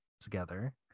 together